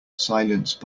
silence